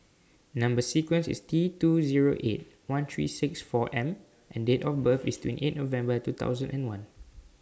Number sequence IS T two Zero eight one three six four M and Date of birth IS twenty eight November two thousand and one